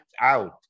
out